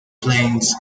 plains